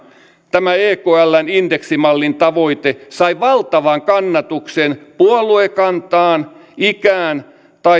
tämä ekln indeksimallin tavoite sai valtavan kannatuksen puoluekantaan ikään tai